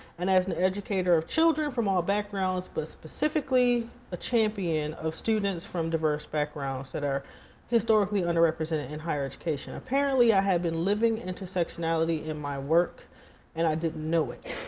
and as an educator of children from all backgrounds, but specifically a champion of students from diverse backgrounds that are historically underrepresented in higher education. apparently i had been living intersectionality in my work and i didn't know it.